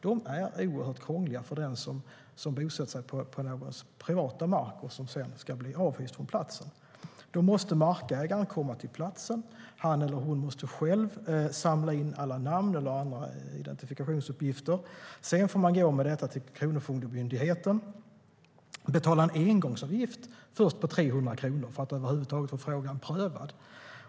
De är oerhört krångliga för den som bosätter sig på någons privata mark och som sedan ska bli avhyst från platsen. Då måste markägaren komma till platsen. Han eller hon måste själv samla in alla namn eller andra identitetsuppgifter. Sedan får man gå med dessa till Kronofogdemyndigheten och först betala en engångsavgift på 300 kronor för att över huvud taget få frågan prövad.